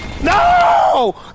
no